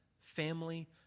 family